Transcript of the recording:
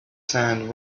sand